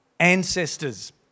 ancestors